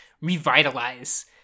revitalize